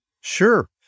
Sure